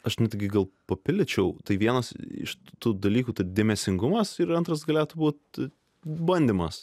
aš netgi gal papildyčiau tai vienas iš tų dalykų tai dėmesingumas ir antras galėtų būt bandymas